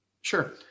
Sure